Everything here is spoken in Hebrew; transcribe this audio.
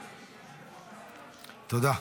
תודה.